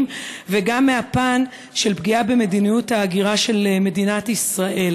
וגם מהפן של פגיעה במדיניות ההגירה של מדינת ישראל.